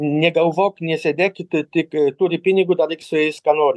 negalvok nesėdėk i tik turi pinigų daryk su jais ką nori